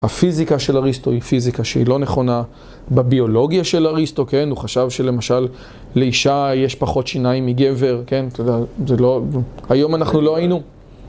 הפיזיקה של אריסטו היא פיזיקה שהיא לא נכונה בביולוגיה של אריסטו, כן? הוא חשב שלמשל, לאישה יש פחות שיניים מגבר, כן? זה לא... היום אנחנו לא היינו.